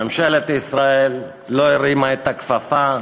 ממשלת ישראל לא הרימה את הכפפה.